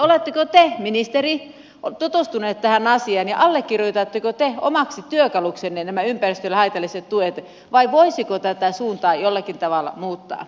oletteko te ministeri tutustunut tähän asiaan ja allekirjoitatteko te omaksi työkaluksenne nämä ympäristölle haitalliset tuet vai voisiko tätä suuntaa jollakin tavalla muuttaa